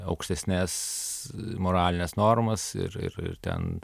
aukštesnes moralines normas ir ir ir ten